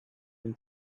been